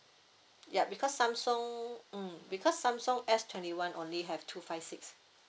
ya because samsung mm because samsung S twenty one only have two five six